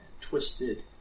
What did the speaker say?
twisted